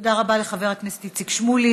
תודה רבה לחבר הכנסת שמולי.